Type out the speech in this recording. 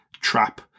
trap